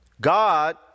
God